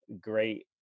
great